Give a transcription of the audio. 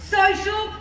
social